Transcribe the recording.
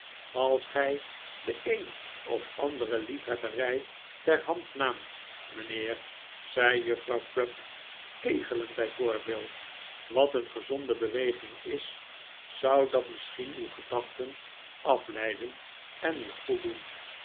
als gij de een of andere liefhebberij ter hand naamt mijnhe er zei juffrouw crupp kegelen bij voorbpeld wat een gezonde beweging is zou dat misschien uw gedachten afleiden en u goed doen